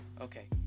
Okay